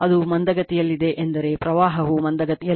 ಅದು ಮಂದಗತಿಯಲ್ಲಿದೆ ಎಂದರೆ ಪ್ರವಾಹವು ಮಂದಗತಿಯಲ್ಲಿದೆ